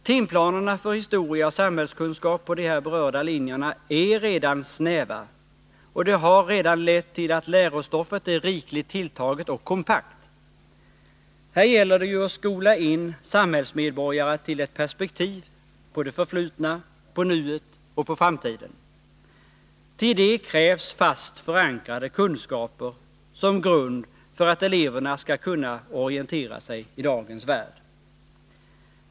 Timplanerna för historia och samhällskunskap på de här berörda linjerna är redan snäva, och det har redan lett till att lärostoffet är rikligt tilltaget och kompakt. Här gäller det ju att skola in samhällsmedborgare till ett perspektiv på det förflutna, på nuet och på framtiden. Till det krävs fast förankrade kunskaper som grund för att eleverna skall kunna orientera sig i dagens värld.